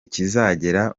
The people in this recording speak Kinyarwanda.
kizagera